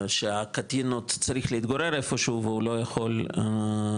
שהקטין עוד צריך להתגורר איפשהו והוא לא יכול להתפרנס,